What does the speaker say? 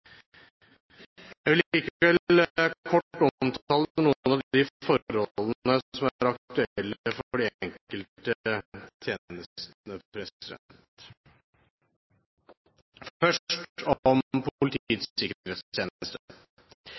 Jeg vil likevel kort omtale noen av de forholdene som er aktuelle for de enkelte tjenestene. Først